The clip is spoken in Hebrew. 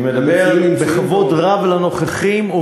כל הכבוד לנוכחים.